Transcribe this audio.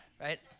right